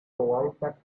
throughout